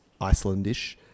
Icelandish